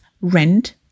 rent